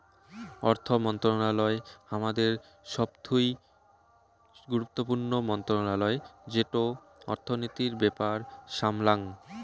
অর্থ মন্ত্রণালয় হামাদের সবথুই গুরুত্বপূর্ণ মন্ত্রণালয় যেটো অর্থনীতির ব্যাপার সামলাঙ